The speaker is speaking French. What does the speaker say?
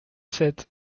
sept